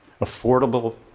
affordable